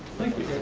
thank you. you